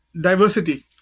Diversity